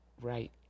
right